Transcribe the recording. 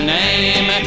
name